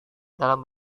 dalam